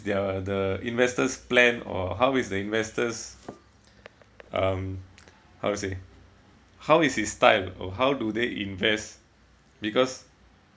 their the investor's plan or how is the investor's um how to say how is his style or how do they invest because